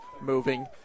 moving